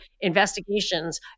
investigations